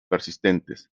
persistentes